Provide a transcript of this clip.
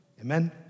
Amen